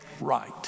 right